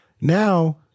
Now